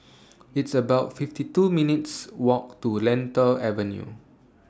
It's about fifty two minutes' Walk to Lentor Avenue